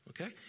okay